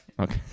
Okay